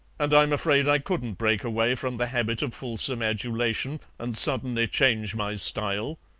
and i'm afraid i couldn't break away from the habit of fulsome adulation and suddenly change my style.